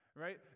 right